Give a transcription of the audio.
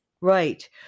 right